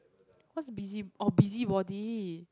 what's busy oh busybody